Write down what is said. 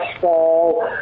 fall